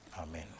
Amen